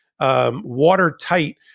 Watertight